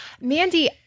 mandy